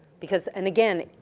because, and again,